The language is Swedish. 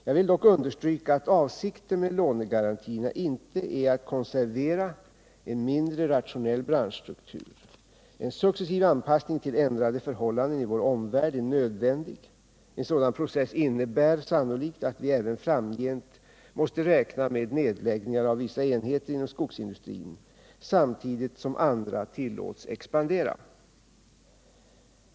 Jag vill dock understryka att avsikten med lånegarantierna inte är att konservera en mindre rationell branschstruktur. En successiv anpassning till ändrade förhållanden i vår omvärld är nödvändig. En sådan process innebär sannolikt att vi även framgent måste räkna med nedläggningar av vissa enheter inom skogsindustrin samtidigt som andra tillåts expandera.